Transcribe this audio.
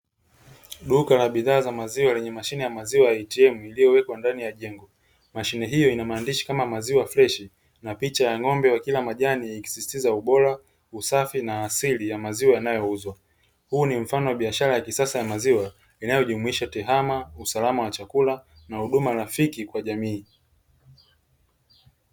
Duka la bidhaa za maziwa lenye mashine ya maziwa ATM iliyowekwa ndani ya jengo. Mashine hiyo ina maandishi kama maziwa fresh na picha ya ng'ombe wakila majani ikisisitiza ubora, usafi na asili ya maziwa yanayouzwa. Huu ni mfano wa biashara ya kisasa ya maziwa inayojumuisha tehama, usalama wa chakula na huduma rafiki kwa jamii.